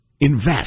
Invest